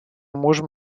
можем